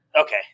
Okay